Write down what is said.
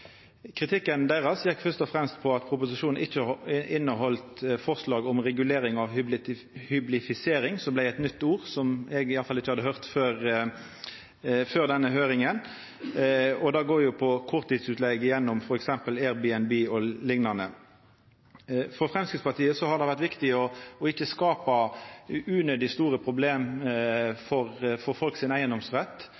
Kritikken deira gjekk først og fremst på at proposisjonen ikkje inneheldt forslag om regulering av hyblifisering, eit nytt ord som eg iallfall ikkje hadde høyrt før denne høyringa. Det går på korttidsutleige gjennom f.eks. Airbnb og liknande. For Framstegspartiet har det vore viktig å ikkje skapa unødig store problem